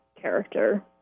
character